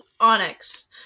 Onyx